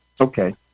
Okay